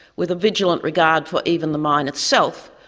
with a vigilant regard for even the mine itself,